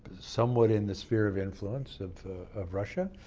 somewhat in the sphere of influence of of russia.